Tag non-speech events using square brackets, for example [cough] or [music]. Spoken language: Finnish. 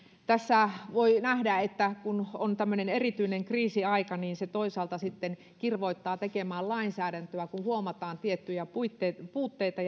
tässä voi nähdä että kun on tämmöinen erityinen kriisiaika niin se toisaalta sitten kirvoittaa tekemään lainsäädäntöä kun huomataan tiettyjä puutteita [unintelligible]